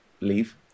leave